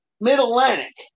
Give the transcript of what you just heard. Mid-Atlantic